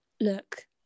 look